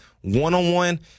one-on-one